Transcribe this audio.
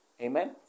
Amen